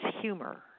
humor